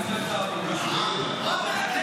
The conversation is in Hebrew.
מפלגת העבודה הישראלית.